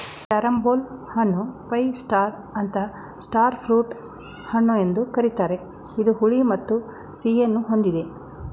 carambola ಹಣ್ಣನ್ನು five star ಅಥವಾ star fruit ಹಣ್ಣು ಎಂದು ಕರಿತಾರೆ ಇದು ಹುಳಿ ಮತ್ತು ಸಿಹಿಯನ್ನು ಹೊಂದಿದೆ